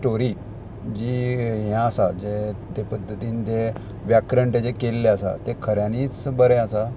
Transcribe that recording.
story जी हे आसा जे तें पद्दतीन तें व्याकरण तेजे केल्ले आसा तें खऱ्यांनीच बरें आसा